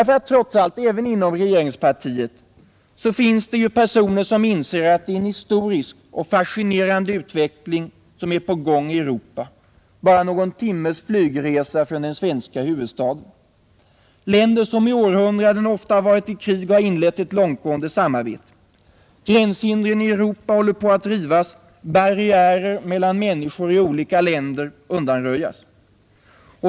För även inom regeringspartiet finns det trots allt personer som inser att det är en historisk och fascinerande utveckling som är på gång i Europa bara någon timmes flygresa från den svenska huvudstaden. Länder som i århundraden ofta varit i krig har inlett ett långtgående samarbete. Gränshindren i Europa håller på att rivas, barriärer mellan människor i olika länder undanröjs.